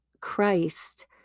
Christ